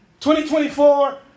2024